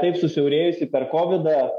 taip susiaurėjusį per kovidą